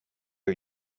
are